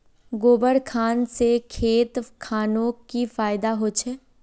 गोबर खान से खेत खानोक की फायदा होछै?